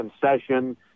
concession